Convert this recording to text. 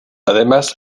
además